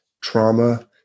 trauma